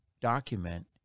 document